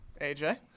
AJ